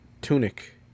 tunic